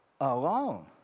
alone